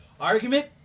Argument